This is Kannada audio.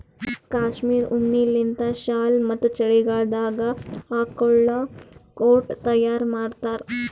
ಕ್ಯಾಶ್ಮೀರ್ ಉಣ್ಣಿಲಿಂತ್ ಶಾಲ್ ಮತ್ತ್ ಚಳಿಗಾಲದಾಗ್ ಹಾಕೊಳ್ಳ ಕೋಟ್ ತಯಾರ್ ಮಾಡ್ತಾರ್